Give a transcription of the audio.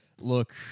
look